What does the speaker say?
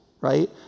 right